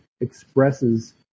expresses